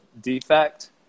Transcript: defect